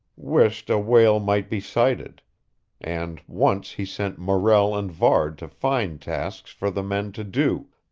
wished a whale might be sighted and once he sent morrell and varde to find tasks for the men to do,